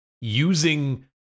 using